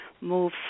move